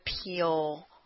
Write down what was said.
appeal